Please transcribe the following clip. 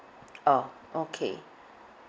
orh okay